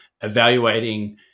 evaluating